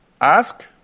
ask